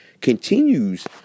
continues